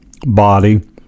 body